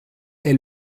est